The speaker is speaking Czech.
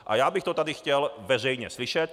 A já bych to tady chtěl veřejně slyšet.